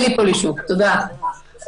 תודה.